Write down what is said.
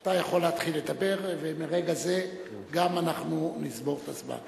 אתה יכול לדבר, ומרגע זה גם נספור את הזמן.